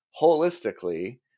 holistically